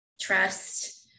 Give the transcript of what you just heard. trust